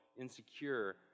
Insecure